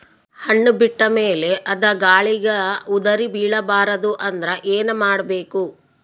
ಹಣ್ಣು ಬಿಟ್ಟ ಮೇಲೆ ಅದ ಗಾಳಿಗ ಉದರಿಬೀಳಬಾರದು ಅಂದ್ರ ಏನ ಮಾಡಬೇಕು?